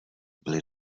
byly